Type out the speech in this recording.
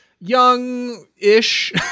Young-ish